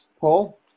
Paul